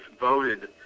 voted